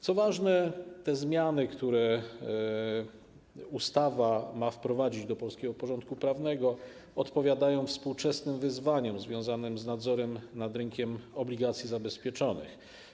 Co ważne, zmiany, które ustawa ma wprowadzić do polskiego porządku prawnego, odpowiadają na współczesne wyzwania związane z nadzorem nad rynkiem obligacji zabezpieczonych.